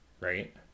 right